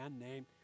named